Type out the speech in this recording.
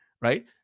right